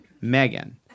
Megan